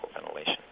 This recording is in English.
ventilation